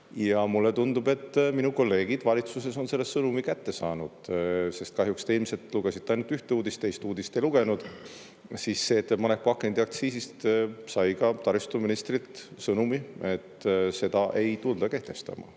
Ja mulle tundub, et minu kolleegid valitsuses on selle sõnumi kätte saanud, sest kahjuks te ilmselt lugesite ainult ühte uudist, teist uudist ei lugenud. See ettepanek pakendiaktsiisist sai ka taristuministrilt sõnumi, et seda ei tulda kehtestama.